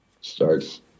starts